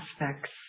Aspects